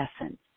essence